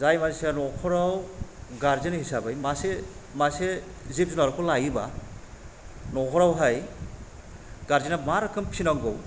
जाय मानसिया न'खराव गारजेन हिसाबै मासे मासे जिब जुनारखौ लायोबा न'खरावहाय गारजेना मा रोखोम फिनांगौ